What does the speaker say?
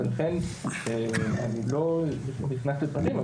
ולכן אני לא נכנס לפרטים,